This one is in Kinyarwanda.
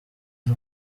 y’u